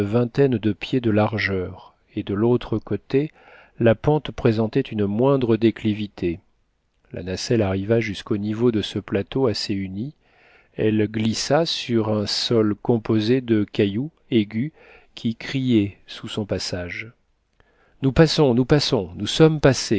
vingtaine de pieds de largeur et de l'autre côté la pente présentait une moindre déclivité la nacelle arriva juste au niveau de ce plateau assez uni elle glissa sur un sol composé de cailloux aigus qui criaient sous son passage nous passons nous passons nous sommes passés